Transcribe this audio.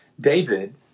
David